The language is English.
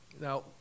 Now